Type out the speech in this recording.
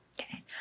Okay